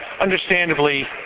understandably